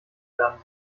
werden